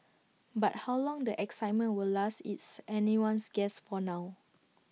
but how long the excitement will last its anyone's guess for now